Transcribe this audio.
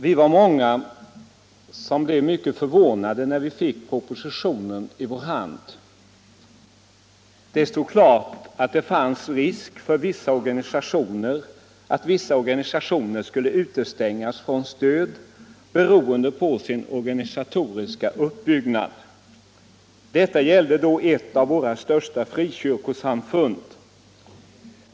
Vi var många som blev mycket förvånade när vi fick propositionen i detta ärende i vår hand. Det stod klart att det fanns risk för att vissa organisationer skulle utestängas från stöd beroende på sin organisatoriska uppbyggnad. Detta gäller ett av våra största frikyrkosamfund.